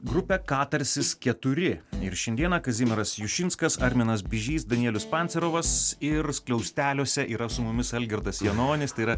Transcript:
grupę katarsis keturi ir šiandieną kazimieras jušinskas arminas bižys danielius pancerovas ir skliausteliuose yra su mumis algirdas janonis tai yra